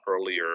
earlier